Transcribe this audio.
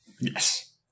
Yes